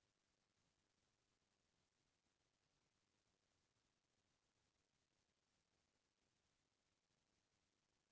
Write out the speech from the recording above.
Kotak Mahindra bank ह घलोक कतको सहर मन म देखे सुने बर मिलथे